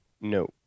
no